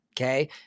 Okay